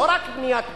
לא רק בניית בית,